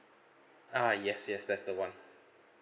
ah yes yes that's the one